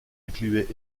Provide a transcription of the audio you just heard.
incluait